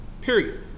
Period